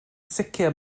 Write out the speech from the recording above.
sicr